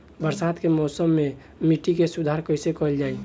बरसात के मौसम में मिट्टी के सुधार कइसे कइल जाई?